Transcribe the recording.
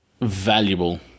valuable